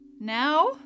now